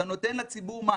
אתה נותן לציבור מענה,